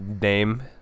name